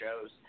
shows